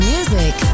Music